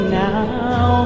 now